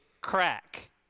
crack